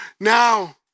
now